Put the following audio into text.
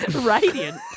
Radiant